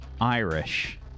Irish